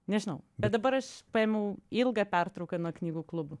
nežinau bet dabar aš paėmiau ilgą pertrauką nuo knygų klubų